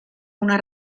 una